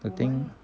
the thing